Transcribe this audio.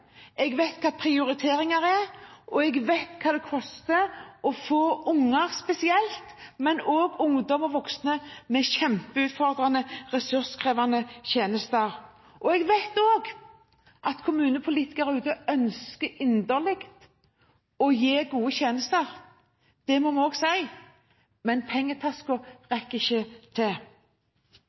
jeg vet hva prioriteringer er, og jeg vet hva det koster å få unger, spesielt, men også ungdom og voksne, med kjempeutfordrende ressurskrevende tjenester. Jeg vet også at kommunepolitikere inderlig ønsker å gi gode tjenester, det må vi også si, men pengetaska rekker ikke til.